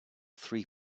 three